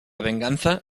venganza